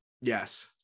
Yes